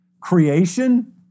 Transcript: Creation